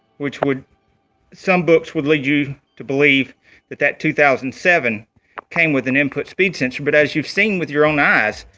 which would some books would lead you to believe that that two thousand and seven came with an input speed sensor but as you've seen with your own eyes